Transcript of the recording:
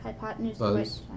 hypotenuse